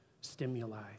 stimuli